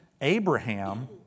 Abraham